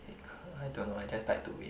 I don't know I just like to win